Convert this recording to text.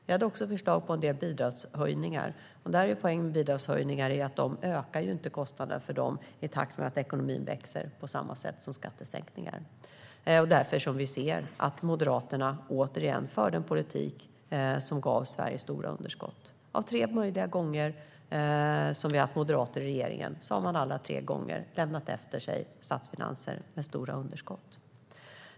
Vi hade också förslag på en del bidragshöjningar. Poängen med bidragshöjningar är att de inte ökar kostnaderna på samma sätt som skattesänkningar i takt med att ekonomin växer. Därför ser vi att Moderaterna återigen förde en politik som gav Sverige stora underskott. Av tre möjliga gånger som vi har haft moderater i regeringen har de alla tre gånger lämnat efter sig statsfinanser med stora underskott.